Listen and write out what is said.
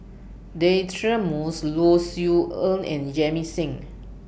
Deirdre Moss Low Siew Nghee and Jamit Singh